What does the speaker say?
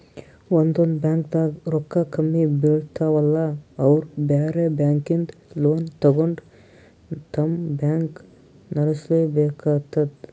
ಒಂದೊಂದ್ ಬ್ಯಾಂಕ್ದಾಗ್ ರೊಕ್ಕ ಕಮ್ಮಿ ಬೀಳ್ತಾವಲಾ ಅವ್ರ್ ಬ್ಯಾರೆ ಬ್ಯಾಂಕಿಂದ್ ಲೋನ್ ತಗೊಂಡ್ ತಮ್ ಬ್ಯಾಂಕ್ ನಡ್ಸಲೆಬೇಕಾತದ್